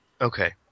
Okay